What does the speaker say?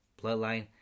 bloodline